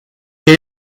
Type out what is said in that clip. quel